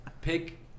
pick